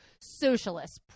socialists